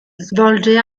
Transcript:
svolge